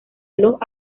los